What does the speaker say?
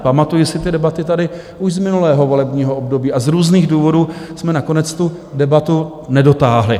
Pamatuji si ty debaty tady už z minulého volebního období, a z různých důvodů jsme nakonec tu debatu nedotáhli.